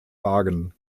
wagen